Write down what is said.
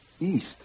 east